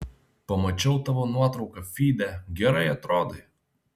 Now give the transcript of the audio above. pamačiau tavo nuotrauką fyde gerai atrodai